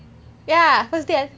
ya first day